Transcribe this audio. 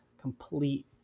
complete